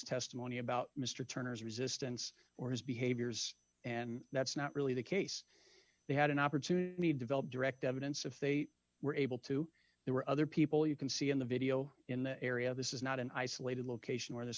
testimony about mr turner's resistance or his behaviors and that's not really the case they had an opportunity to meet develop direct evidence if they were able to there were other people you can see in the video in the area this is not an isolated location where this